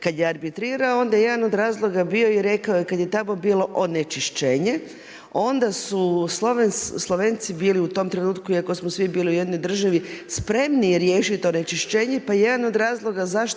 kada je arbitrirao onda je jedan od razloga bio i rekao je kada je tamo bilo onečišćenje onda su Slovenci bili u tom trenutku, iako smo svi bili u jednoj državi, spremni riješiti onečišćenje, pa je jedan od razloga zašto